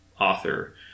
author